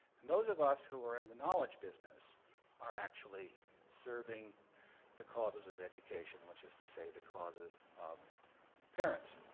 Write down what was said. and those of us who are in the knowledge business are actually serving the causes of education, which is to say, the causes of parents.